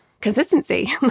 Consistency